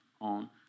on